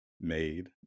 made